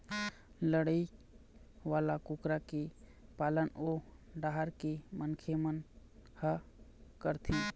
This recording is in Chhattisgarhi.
लड़ई वाला कुकरा के पालन ओ डाहर के मनखे मन ह करथे